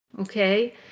Okay